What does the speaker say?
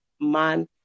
man